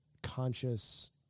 conscious